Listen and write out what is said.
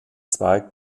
zweig